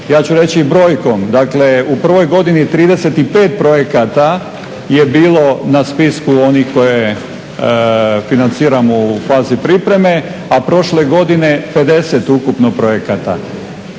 Ja ću reći i brojkom, dakle u prvoj godini 35 projekata je bilo na spisku onih koje financiramo u fazi pripreme, a prošle godine 50 ukupno projekata.